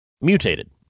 mutated